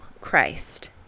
Christ